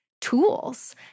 tools